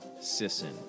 Sisson